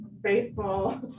baseball